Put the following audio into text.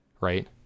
Right